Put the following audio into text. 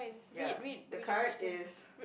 ya the card is